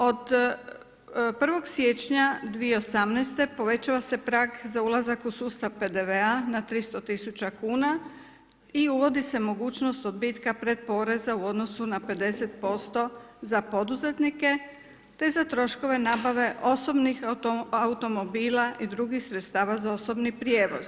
Od 1. siječnja 2018. povećava se prag za ulazak u sustav PDV-a na 300 tisuća kuna i uvodi se mogućnost odbitka pretporeza u odnosu na 50% za poduzetnike, te za troškove nabave osobnih automobila i drugih sredstava za osobni prijevoz.